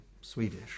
Swedish